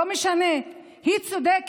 לא משנה אם היא צודקת,